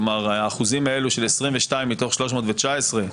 כלומר האחוזים האלו של 22 מתוך 319,